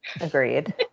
Agreed